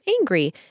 angry